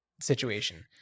situation